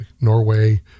norway